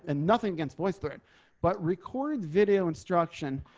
and nothing against voice thread but record video instruction,